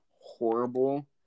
horrible